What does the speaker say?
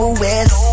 west